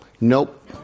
Nope